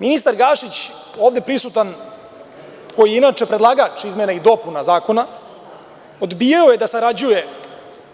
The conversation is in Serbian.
Ministar Gašić je, ovde prisutan, koji je inače predlagač izmena i dopuna zakona, odbijao da sarađuje,